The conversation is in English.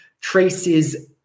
Trace's